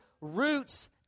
roots